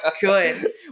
good